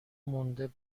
مونده